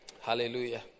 Hallelujah